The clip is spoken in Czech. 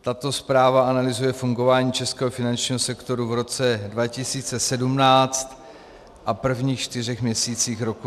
Tato zpráva analyzuje fungování českého finančního sektoru v roce 2017 a prvních čtyřech měsících roku 2018.